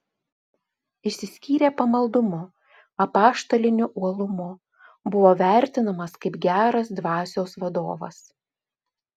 išsiskyrė pamaldumu apaštaliniu uolumu buvo vertinamas kaip geras dvasios vadovas